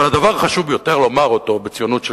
אבל הדבר החשוב ביותר לומר אותו בציונות,